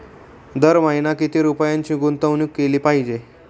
दर महिना किती रुपयांची गुंतवणूक केली पाहिजे?